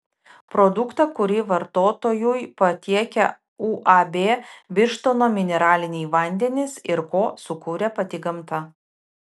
produktą kurį vartotojui patiekia uab birštono mineraliniai vandenys ir ko sukūrė pati gamta